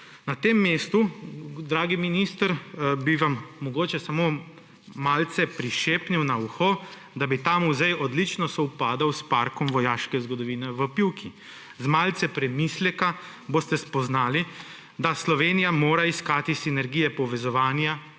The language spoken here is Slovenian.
na tem mestu, dragi minister, samo malce prišepnil na uho, da bi ta muzej odlično sovpadal s Parkom vojaške zgodovine v Pivki. Z malce premisleka boste spoznali, da mora Slovenija iskati sinergije povezovanja,